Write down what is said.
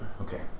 Okay